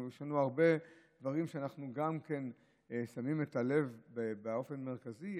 יש לנו הרבה דברים שאנחנו גם שמים את הלב באופן מרכזי,